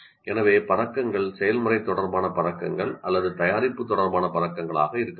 எனவே பதக்கங்கள் செயல்முறை தொடர்பான பதக்கங்கள் அல்லது தயாரிப்பு தொடர்பான பதக்கங்களாக இருக்கலாம்